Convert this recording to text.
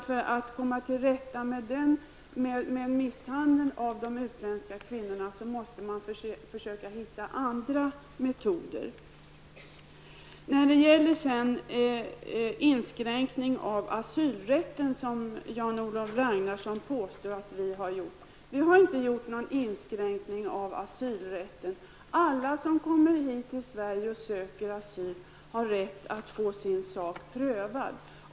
För att komma till rätta med misshandeln av de utländska kvinnorna måste man försöka hitta andra metoder. Jan-Olof Ragnarsson påstår att vi har gjort en inskränkning av asylrätten. Vi har inte gjort någon sådan inskränkning. Alla som kommer hit till Sverige och söker asyl har rätt att få sin sak prövad.